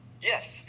Yes